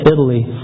Italy